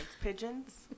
Pigeons